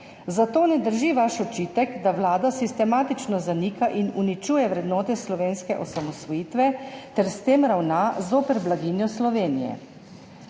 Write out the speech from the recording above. Zato ne drži vaš očitek, da Vlada sistematično zanika in uničuje vrednote slovenske osamosvojitve ter s tem ravna zoper blaginjo Slovenije.